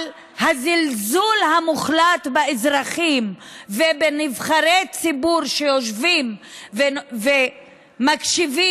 על הזלזול המוחלט באזרחים ובנבחרי ציבור שיושבים ומקשיבים.